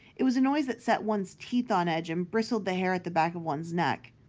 it was a noise that set one's teeth on edge and bristled the hair at the back of one's neck.